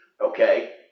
okay